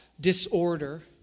disorder